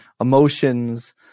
emotions